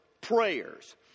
prayers